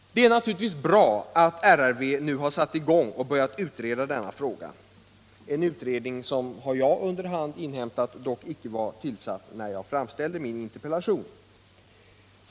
Det är naturligtvis bra att RRV nu har satt i gång och börjat utreda denna fråga, en utredning som dock — vilket jag under hand har inhämtat — inte var tillsatt när jag framställde min interpellation.